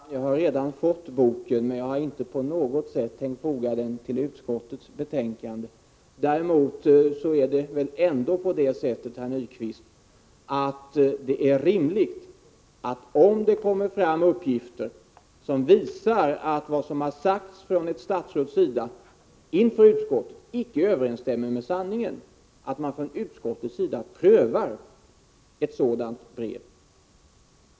Fru talman! Jag har redan fått boken, men jag har inte haft någon tanke på att foga den till utskottets betänkande. Däremot är det väl ändå rimligt, herr Nyquist, att om det kommer fram uppgifter som visar att vad ett statsråd har sagt inför utskottet icke överensstämmer med sanningen, att utskottet prövar ett sådant brev som det som kommit in till utskottet.